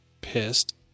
pissed